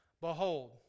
behold